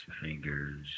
fingers